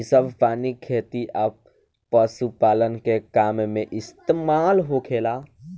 इ सभ पानी खेती आ पशुपालन के काम में इस्तमाल होखेला